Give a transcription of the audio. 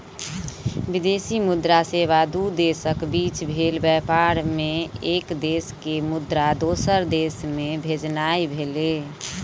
विदेशी मुद्रा सेवा दू देशक बीच भेल व्यापार मे एक देश के मुद्रा दोसर देश मे भेजनाइ भेलै